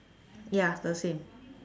ya the same